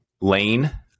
Lane